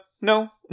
no